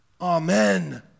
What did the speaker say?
Amen